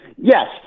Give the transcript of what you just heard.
Yes